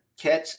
catch